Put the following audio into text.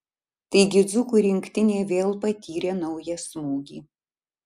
taigi dzūkų rinktinė vėl patyrė naują smūgį